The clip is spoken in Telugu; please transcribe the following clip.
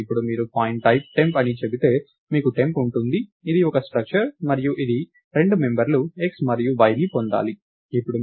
ఇప్పుడు మీరు పాయింట్టైప్ టెంప్ అని చెబితే మీకు టెంప్ ఉంటుంది ఇది ఒక స్ట్రక్చర్ మరియు ఇది 2 మెంబర్లు x మరియు y ని పొందాలి